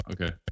Okay